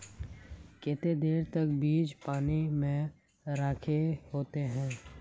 केते देर तक बीज पानी में रखे होते हैं?